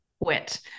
quit